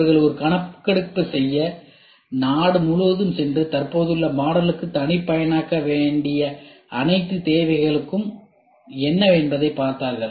அவர்கள் ஒரு கணக்கெடுப்பு செய்ய நாடு முழுவதும் சென்று தற்போதுள்ள மாடலுக்குத் தனிப்பயனாக்க வேண்டிய அனைத்து தேவைகளும் என்னவென்பதைப் பார்த்தார்கள்